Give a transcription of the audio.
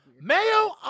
Mayo